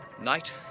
Night